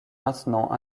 maintenant